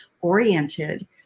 oriented